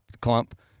clump